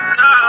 no